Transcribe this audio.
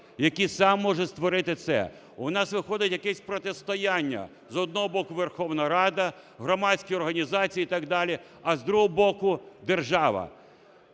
який сам може створити це. У нас виходить якесь протистояння, з одного боку, Верховна Рада, громадські організації і так далі, а з другого боку, держава.